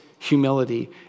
humility